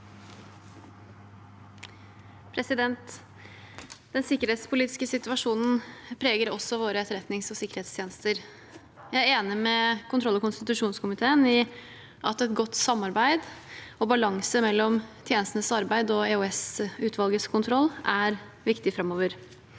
Den sikkerhetspo- litiske situasjonen preger også våre etterretnings- og sikkerhetstjenester. Jeg er enig med kontroll- og konstitusjonskomiteen i at et godt samarbeid og balanse mellom tjenestenes arbeid og EOS-utvalgets kontroll er viktig framover.